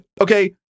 Okay